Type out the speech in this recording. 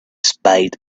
spade